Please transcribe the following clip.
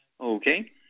Okay